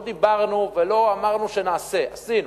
לא דיברנו ולא אמרנו שנעשה, עשינו.